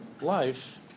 life